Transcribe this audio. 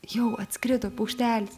jau atskrido paukštelis